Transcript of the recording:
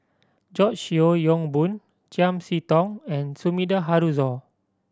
George Yeo Yong Boon Chiam See Tong and Sumida Haruzo